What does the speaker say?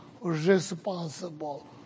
responsible